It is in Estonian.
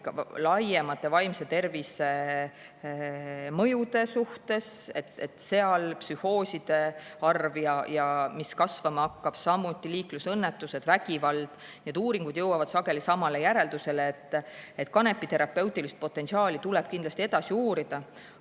laiemate vaimse tervise mõjude suhtes: psühhooside arv, mis kasvama hakkab, samuti liiklusõnnetused, vägivald. Need uuringud jõuavad sageli samale järeldusele, et kanepi terapeutilist potentsiaali tuleb kindlasti edasi uurida.